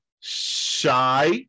Shy